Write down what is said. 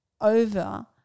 over